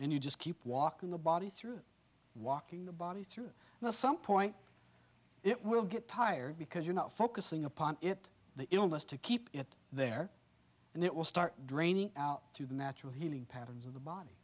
and you just keep walking the body through walking the body through now some point it will get tired because you're not focusing upon it the illness to keep it there and it will start draining out through the natural healing patterns of the body